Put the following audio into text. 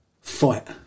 fight